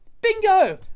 Bingo